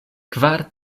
kvar